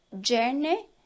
journey